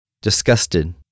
Disgusted